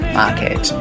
market